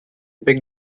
big